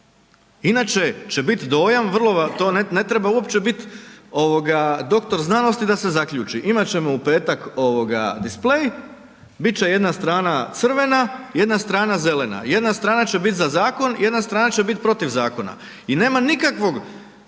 inače će bit dojam vrlo, to ne treba uopće bit doktor znanosti da se zaključi. Imat ćemo u petak displej, bit će jedna strana crvena, jedna strana zelena. Jedna strana će bit za zakon, jedna strana će bit protiv zakona. I nema nikakvog